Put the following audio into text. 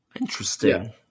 Interesting